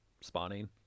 spawning